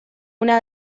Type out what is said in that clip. una